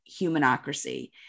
humanocracy